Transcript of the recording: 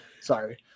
sorry